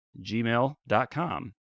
gmail.com